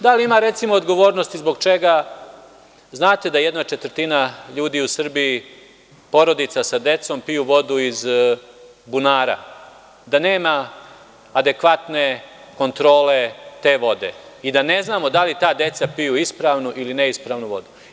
Da li ima, recimo, odgovornosti zbog čega, a znate da jedna četvrtina ljudi u Srbiji, porodica sa decom, piju vodu iz bunara, da nema adekvatne kontrole te vode i da ne znamo da li ta deca piju ispravni ili neispravnu vodu?